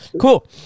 cool